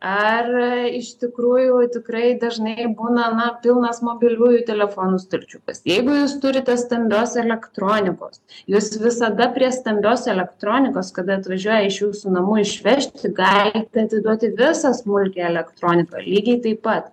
ar iš tikrųjų tikrai dažnai būna na pilnas mobiliųjų telefonų stalčiukas jeigu jūs turite stambios elektronikos jūs visada prie stambios elektronikos kada atvažiuoja iš jūsų namų išvežti tai galite atiduoti visą smulkią elektroniką lygiai taip pat